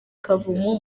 kavumu